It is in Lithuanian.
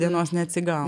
dienos neatsigavo